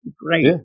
Great